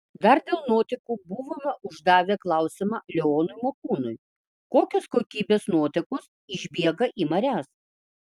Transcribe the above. dar dėl nuotekų buvome uždavę klausimą leonui makūnui kokios kokybės nuotekos išbėga į marias